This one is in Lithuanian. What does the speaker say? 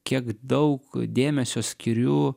kiek daug dėmesio skiriu